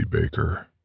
Baker